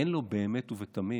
אין לו באמת ובתמים